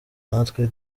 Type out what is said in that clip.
natwe